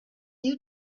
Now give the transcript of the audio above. you